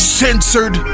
censored